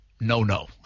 no-no